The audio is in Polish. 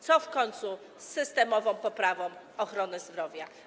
Co w końcu z systemową poprawą ochrony zdrowia?